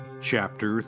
Chapter